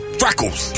freckles